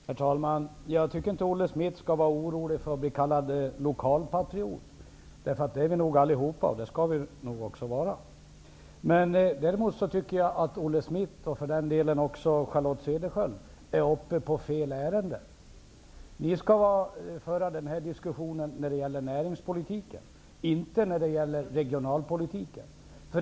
Herr talman! Jag tycker inte att Olle Schmidt skall behöva vara orolig för att bli kallad lokalpatriot. Det är vi nog allihop, och det skall vi också vara. Däremot tycker jag att Olle Schmidt, och för den delen också Charlotte Cedershiöld, är uppe på fel ärende. Ni skall föra den här diskussionen i samband med näringspolitiken, inte regionalpolitiken.